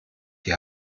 die